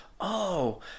Oh